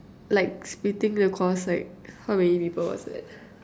like splitting the cost like how many people was that